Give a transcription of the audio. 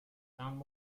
sounded